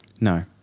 No